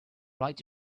right